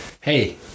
Hey